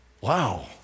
Wow